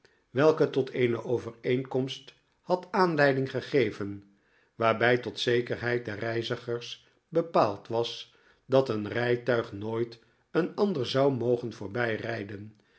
welke tot eene overeenkomst had aanleiding gegevon waarbi tot zekerheid der reizigers bepaald was dat een rijtuig nooit een ander zou mogen